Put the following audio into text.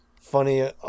funny